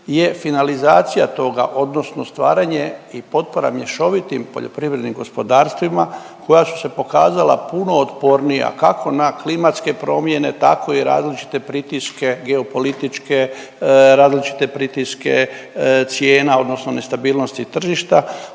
je finalizacija toga, odnosno stvaranje i potpora mješovitim poljoprivrednim gospodarstvima koja su se pokazala puno otpornija, kako na klimatske promjene, tako i različite pritiske geopolitičke, različite pritiske cijena, odnosno nestabilnosti tržišta,